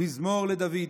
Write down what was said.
"מזמור לדוד,